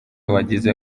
wagize